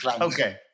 Okay